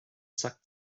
zack